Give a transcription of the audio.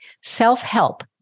Self-help